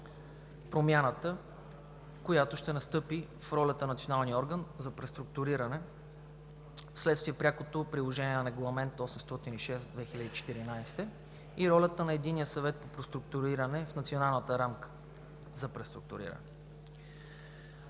промяната, която ще настъпи в ролята на националния орган за преструктуриране, вследствие прякото приложение на Регламент № 806/2014 и ролята на Единния съвет по преструктуриране в Националната рамка за преструктуриране.